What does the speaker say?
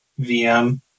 VM